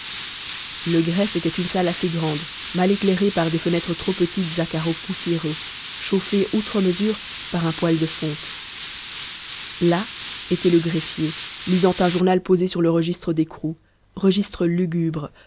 le greffe était une salle assez grande mal éclairée par des fenêtres trop petites à carreaux poussiéreux chauffée outre mesure par un poêle de fonte là était le greffier lisant un journal posé sur le registre d'écrou registre lugubre